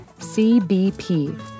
CBP